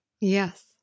Yes